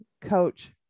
coach